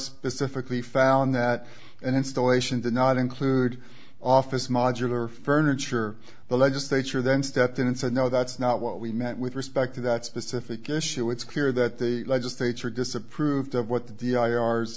specifically found that an installation did not include office modular furniture the legislature then stepped in and said no that's not what we met with respect to that specific issue it's clear that the legislature disapproved of what the